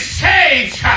saved